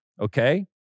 okay